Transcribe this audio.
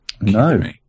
No